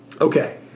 Okay